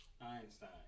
Einstein